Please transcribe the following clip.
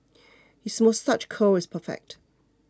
his moustache curl is perfect